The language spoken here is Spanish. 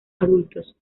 adultos